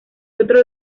otro